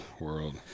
world